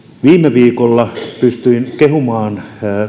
viikolla pystyin kehumaan